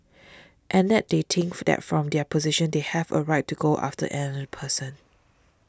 and that they think that from their position they have a right to go after another person